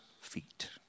feet